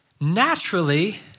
naturally